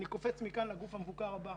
מכאן אני קופץ לגוף המבוקר הבא,